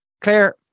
Claire